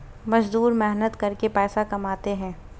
मजदूर मेहनत करके पैसा कमाते है